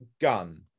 gun